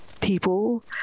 people